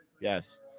Yes